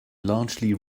largely